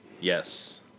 Yes